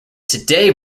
today